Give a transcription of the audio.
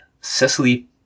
Cecily